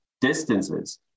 distances